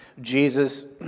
Jesus